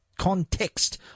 context